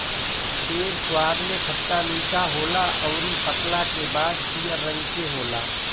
बेर स्वाद में खट्टा मीठा होला अउरी पकला के बाद पियर रंग के होला